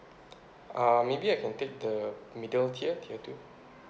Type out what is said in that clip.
uh maybe I can take the middle tier tier two